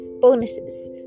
Bonuses